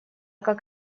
как